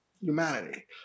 humanity